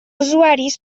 usuaris